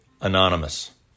Anonymous